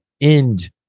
end